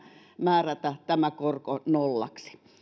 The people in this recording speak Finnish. määrätä tämä korko nollaksi